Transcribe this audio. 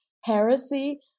heresy